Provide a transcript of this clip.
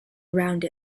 around